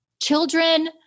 children